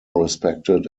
respected